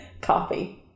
coffee